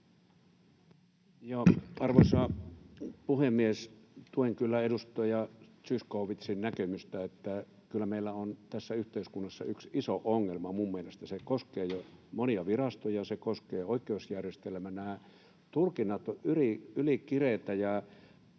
Arvoisa puhemies! Tuen kyllä edustaja Zyskowiczin näkemystä, että kyllä meillä on tässä yhteiskunnassa yksi iso ongelma minun mielestäni. Se koskee jo monia virastoja, se koskee oikeusjärjestelmää. Nämä tulkinnat ovat ylikireitä,